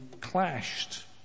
clashed